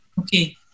okay